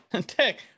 tech